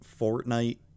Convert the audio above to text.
Fortnite